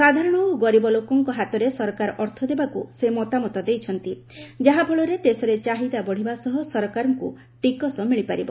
ସାଧାରଣ ଓ ଗରିବ ଲୋକଙ୍କ ହାତରେ ସରକାର ଅର୍ଥ ଦେବାକୁ ସେ ମତାମତ ଦେଇଛନ୍ତି ଯାହାଫଳରେ ଦେଶରେ ଚାହିଦା ବଢ଼ିବା ସହ ସରକାରଙ୍କୁ ଟିକସ ମିଳିପାରିବ